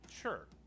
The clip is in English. Sure